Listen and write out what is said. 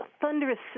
thunderous